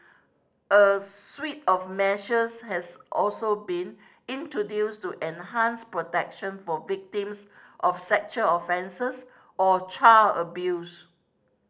a suite of measures has also been introduced to enhance protection for victims of sexual offences or child abuse